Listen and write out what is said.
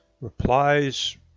Replies